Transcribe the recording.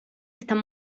están